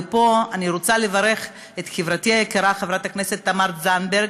ופה אני רוצה לברך את חברתי היקרה חברת הכנסת תמר זנדברג,